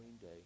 day